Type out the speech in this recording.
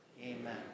Amen